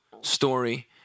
story